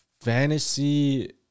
fantasy